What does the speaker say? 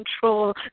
control